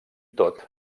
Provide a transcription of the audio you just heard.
tot